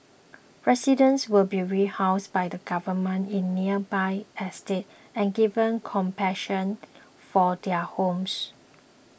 residents will be rehoused by the Government in nearby estates and given compensation for their homes